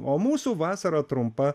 o mūsų vasara trumpa